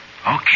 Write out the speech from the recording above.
Okay